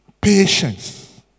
Patience